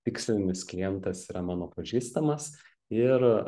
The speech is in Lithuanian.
tikslinis klientas yra mano pažįstamas ir